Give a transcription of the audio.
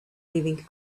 living